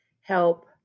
help